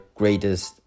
greatest